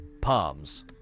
palms